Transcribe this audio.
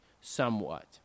somewhat